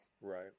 right